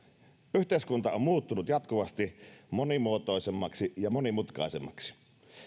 yhteiskunta on muuttunut jatkuvasti monimuotoisemmaksi ja monimutkaisemmaksi